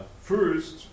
First